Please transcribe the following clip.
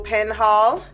Penhall